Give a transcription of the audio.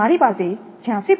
મારી પાસે 86